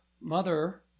mother